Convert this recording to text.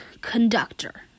conductor